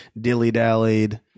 dilly-dallied